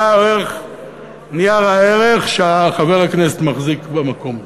או ערך נייר הערך שחבר הכנסת מחזיק במקום הזה,